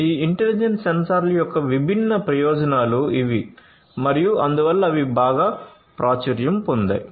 ఈ ఇంటెలిజెంట్ సెన్సార్ల యొక్క విభిన్న ప్రయోజనాలు ఇవి మరియు అందువల్ల అవి ప్రాచుర్యం పొందాయి